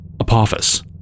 Apophis